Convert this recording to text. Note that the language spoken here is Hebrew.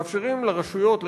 מאפשרים לרשויות,